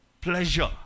Pleasure